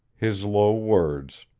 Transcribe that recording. his low words.